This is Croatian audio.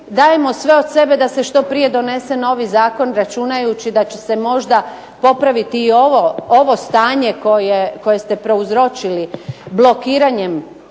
dajemo sve od sebe da se što prije donese novi zakon računajući da će se možda popraviti i ovo stanje koje ste prouzročili blokiranjem